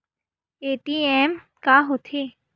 ATM का होथे?